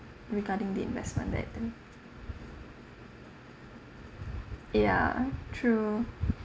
regarding the investment later ya true